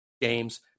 games